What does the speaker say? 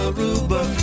Aruba